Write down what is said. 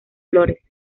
flores